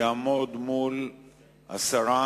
יעמוד מול השרה,